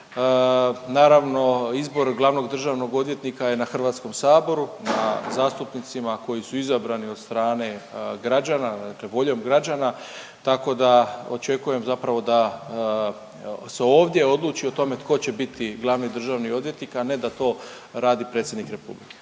Naravno, izbor glavnog državnog odvjetnika je na Hrvatskom saboru, na zastupnicima koji su izabrani od strane građana, dakle voljom građana, tako da očekujem zapravo da evo se ovdje odluči o tome tko će biti glavni državni odvjetnik, a ne da to radi predsjednik Republike.